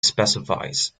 specifies